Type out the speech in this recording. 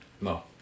No